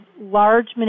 large